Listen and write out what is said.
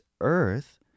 earth